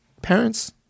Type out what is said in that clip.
parents